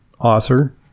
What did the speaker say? author